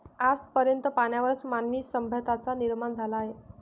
आज पर्यंत पाण्यावरच मानवी सभ्यतांचा निर्माण झाला आहे